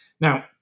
Now